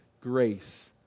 grace